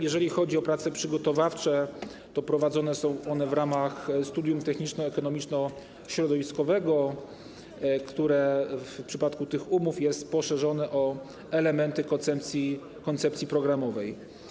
Jeżeli chodzi o prace przygotowawcze, to prowadzone są one w ramach studium techniczno-ekonomiczno-środowiskowego, które w przypadku tych umów jest poszerzone o elementy koncepcji programowej.